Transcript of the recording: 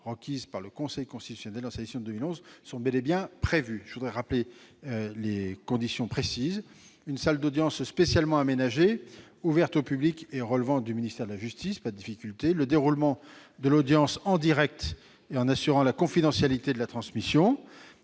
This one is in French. requises par le Conseil constitutionnel dans sa décision de 2011 étant bel et bien prévues. Ces garanties sont les suivantes : une salle d'audience spécialement aménagée, ouverte au public et relevant du ministère de la justice, un déroulement de l'audience en direct et assurant la confidentialité de la transmission,